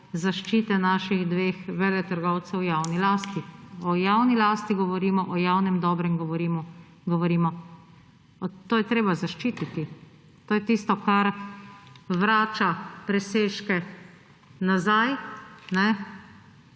zaščite naših dveh veletrgovcev v javni lasti. O javni lasti govorimo, o javnem dobrem govorimo. To je treba zaščititi. To je tisto, kar vrača presežke nazaj za